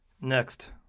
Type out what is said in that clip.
Next